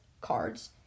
cards